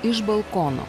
iš balkono